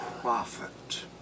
prophet